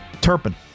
Turpin